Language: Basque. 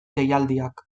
deialdiak